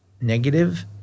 negative